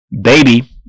Baby